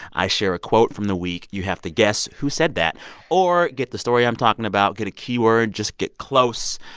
i share a quote from the week. you have to guess who said that or get the story i'm talking about, get a keyword, just get close.